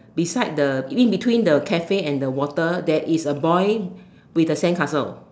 beside the in between the Cafe and the water there is a boy with the sandcastle